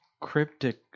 cryptic